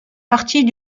partie